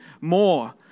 more